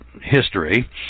history